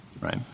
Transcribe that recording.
right